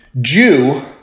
Jew